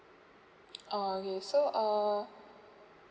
okay so uh